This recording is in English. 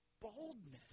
boldness